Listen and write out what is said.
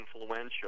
influential